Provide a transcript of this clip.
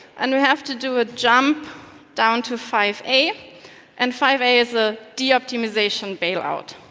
and we have to do a jump down to five a and five a is a de-optimisation bail-out.